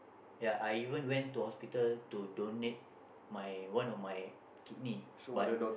ya I even went to hospital to donate my one of my kidney but